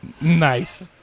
Nice